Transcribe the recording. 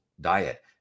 diet